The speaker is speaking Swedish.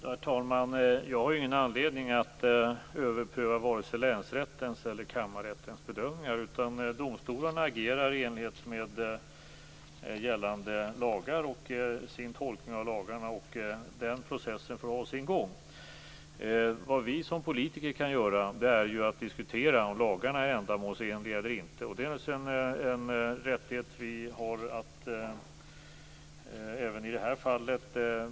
Herr talman! Jag har ingen anledning att överpröva vare sig länsrättens eller kammarrättens bedömningar. Domstolarna agerar i enlighet med gällande lagar och sina tolkningar av lagarna, och den processen får ha sin gång. Vad vi som politiker kan göra är att diskutera om lagarna är ändamålsenliga eller inte. Det är naturligtvis en rättighet som vi har även i detta fall.